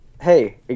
Hey